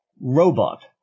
robot